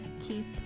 Keep